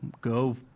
go